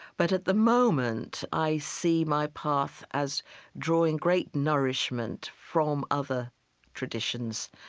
but at the moment, i see my path as drawing great nourishment from other traditions,